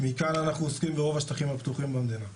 מכאן אנחנו עוסקים ברוב השטחים הפתוחים במדינה.